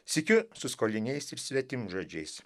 sykiu su skoliniais ir svetimžodžiais